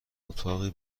اتاقی